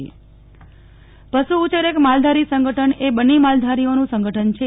નેહલ ઠક્કર પશુમેળો પશુ ઉછેરક માલધારી સંગઠન એ બન્ની માલધારીઓનું સંગઠન છે